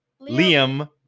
Liam